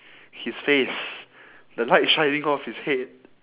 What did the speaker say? his face the light shining off his head